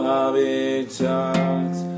Habitats